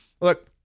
look